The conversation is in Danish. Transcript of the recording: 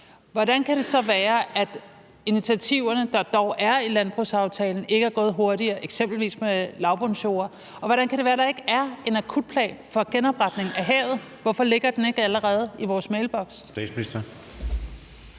hvordan kan det så være, at initiativerne, der dog er i landbrugsaftalen, ikke er gået hurtigere, eksempelvis med lavbundsjorder, og hvordan kan det være, at der ikke er en akutplan for genopretning af havet, og hvorfor ligger den ikke allerede i vores mailboks?